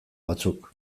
batzuk